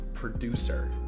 Producer